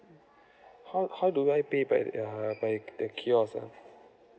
how how do I pay by the by the kiosk ah